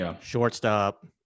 shortstop